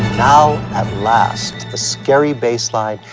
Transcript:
now at last, the scary bass line,